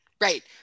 right